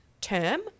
term